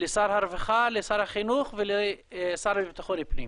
לשר הרווחה, לשר החינוך ולשר לביטחון פנים.